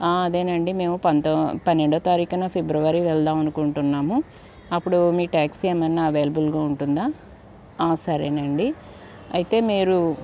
అదేనండి మేము పం పన్నెండవ తారీఖున ఫిబ్రవరి వెళ్దాం అనుకుంటున్నాము అప్పుడు మీ టాక్సీ ఏమైనా అవైలబుల్గా ఉంటుందా సరే అండి అయితే మీరు